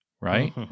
right